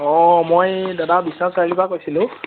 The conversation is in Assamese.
অঁ মই দাদা বিশ্বনাথ চাৰিআলিৰপৰা কৈছিলোঁ